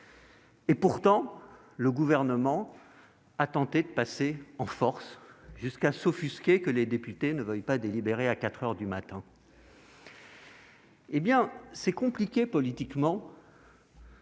Et pourtant, le Gouvernement a tenté de passer en force, jusqu'à s'offusquer que les députés ne veuillent pas délibérer à quatre heures du matin. Très juste ! Il est compliqué- pourtant,